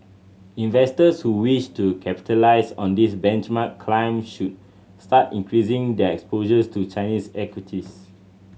investors who wish to capitalise on this benchmark climb should start increasing their exposures to Chinese equities